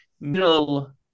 middle